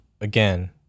again